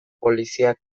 poliziak